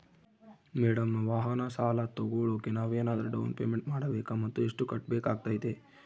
Madam ವಾಹನ ಸಾಲ ತೋಗೊಳೋಕೆ ನಾವೇನಾದರೂ ಡೌನ್ ಪೇಮೆಂಟ್ ಮಾಡಬೇಕಾ ಮತ್ತು ಎಷ್ಟು ಕಟ್ಬೇಕಾಗ್ತೈತೆ?